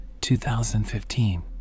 2015